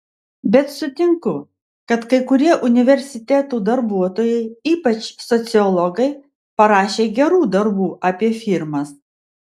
bet sutinku kad kai kurie universitetų darbuotojai ypač sociologai parašė gerų darbų apie firmas